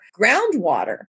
groundwater